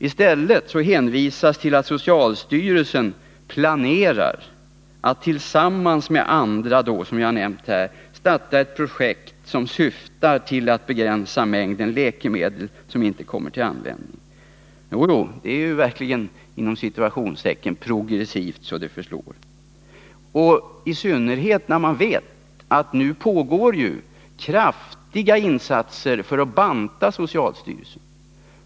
I stället hänvisas till att socialstyrelsen planerar att tillsammans med Apoteksbolaget AB och riksförsäkringsverket starta ett projekt som syftar till att begränsa mängden läkemedel som inte kommer till användning. Jojo, det är verkligen ”progressivt” så det förslår, i synnerhet när man vet att det f. n. görs kraftiga insatser för att banta socialstyrelsen.